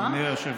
מכיוון